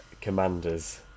Commanders